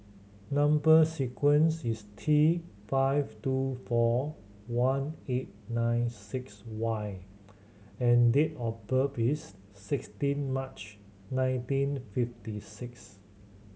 number sequence is T five two four one eight nine six Y and date of birth is sixteen March nineteen fifty six